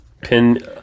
Pin